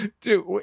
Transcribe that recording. dude